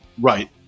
Right